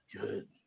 good